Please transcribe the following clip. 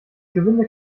gewinde